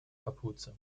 kapuze